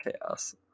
Chaos